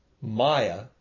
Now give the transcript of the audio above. Maya